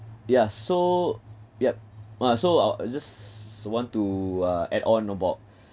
yeah so yup uh so I'll I just want to uh add on about